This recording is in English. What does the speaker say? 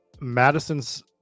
Madison's